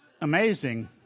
amazing